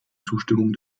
zustimmung